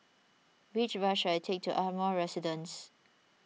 which bus should I take to Ardmore Residence